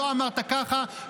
לא אמרת ככה.